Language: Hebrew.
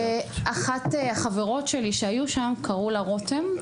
ואחת החברות שלי שהיו שם קראו לה רותם,